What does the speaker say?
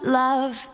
love